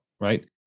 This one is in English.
right